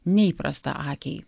neįprastą akiai